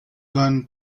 gun